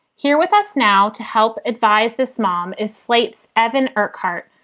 here with us now to help advise this mom is slate's evan urquhart.